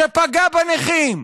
שפגע בנכים,